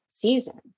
season